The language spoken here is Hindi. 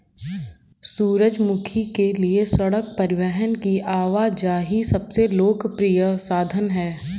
सूरजमुखी के लिए सड़क परिवहन की आवाजाही सबसे लोकप्रिय साधन है